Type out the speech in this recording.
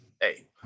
hey